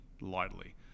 lightly